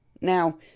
Now